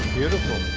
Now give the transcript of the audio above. beautiful.